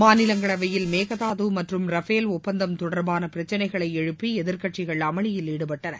மாநிலங்களவையில் மேகதாது மற்றும் ரபேல் ஒப்பந்தம் தொடர்பான பிரச்சினைகளை எழுப்பி எதிர்க்கட்சிகள் அமளியில் ஈடுபட்டன